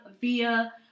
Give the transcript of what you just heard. via